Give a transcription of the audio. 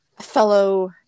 fellow